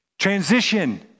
transition